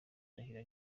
irahira